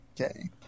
Okay